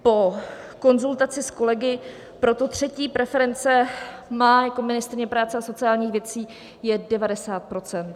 Po konzultaci s kolegy proto třetí preference, kterou mám jako ministryně práce a sociálních věcí, je 90 %.